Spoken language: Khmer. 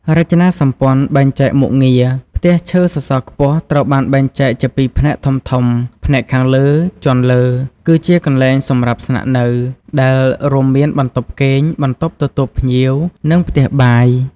រចនាសម្ព័ន្ធបែងចែកមុខងារ ផ្ទះឈើសសរខ្ពស់ត្រូវបានបែងចែកជាពីរផ្នែកធំៗផ្នែកខាងលើ ជាន់លើ គឺជាកន្លែងសម្រាប់ស្នាក់នៅ ដែលរួមមាន បន្ទប់គេង បន្ទប់ទទួលភ្ញៀវ និង ផ្ទះបាយ ។